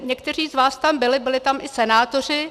Někteří z vás tam byli, byli tam i senátoři.